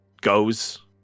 goes